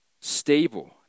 stable